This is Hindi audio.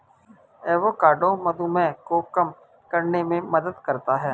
एवोकाडो मधुमेह को कम करने में मदद करता है